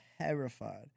terrified